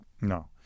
No